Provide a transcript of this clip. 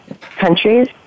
countries